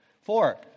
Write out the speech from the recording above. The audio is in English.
Four